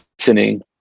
listening